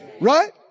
Right